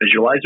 visualizer